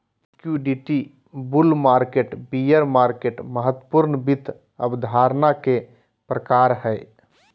liquidity, bull market, bear market महत्वपूर्ण वित्त अवधारणा के प्रकार हय